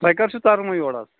تۄہہِ کر چھُ ترُن وۅنۍ یور حظ